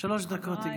שלוש דקות, גברתי.